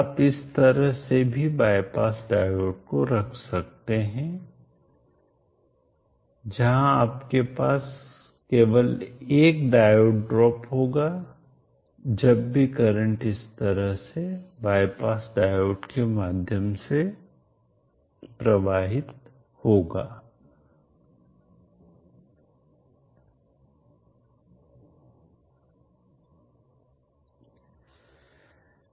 आप इस तरह से भी बाईपास डायोड को रख सकते हैं जहां आपके पास केवल एक डायोड ड्रॉप होगा जब भी करंट इस तरह से बाईपास डायोड के माध्यम से प्रवाहित होता है